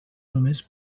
només